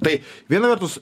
tai viena vertus